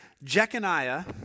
Jeconiah